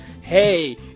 Hey